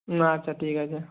আচ্ছা ঠিক আছে